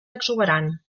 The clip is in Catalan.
exuberant